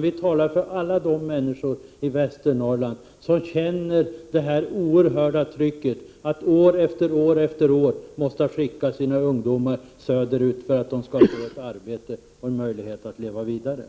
Vi talar för alla de människor i Västernorrland som känner det oerhörda trycket att de år efter år måste skicka sina ungdomar söderut för att de skall få ett arbete och en möjlighet att leva vidare.